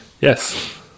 Yes